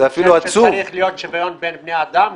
אני חושב שצריך להיות שוויון בין בני אדם,